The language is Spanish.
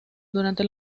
durante